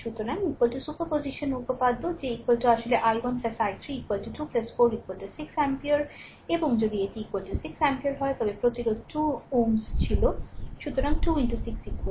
সুতরাং সুপারপজিশন উপপাদ্য যে আসলে i1 i3 2 4 6 অ্যাম্পিয়ার এবং যদি এটি 6 অ্যাম্পিয়ার হয় তবে প্রতিরোধ 2 Ω ছিল Ω সুতরাং 2 6 12 ভোল্ট